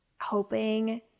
hoping